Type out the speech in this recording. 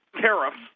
tariffs